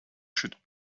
should